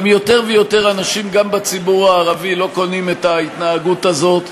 יותר ויותר אנשים גם בציבור הערבי לא קונים את ההתנהגות הזאת,